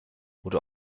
oder